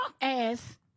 ass